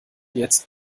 jetzt